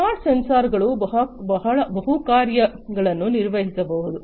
smart ಸೆನ್ಸಾರ್ಗಳು ಬಹು ಕಾರ್ಯಗಳನ್ನು ನಿರ್ವಹಿಸಬಹುದು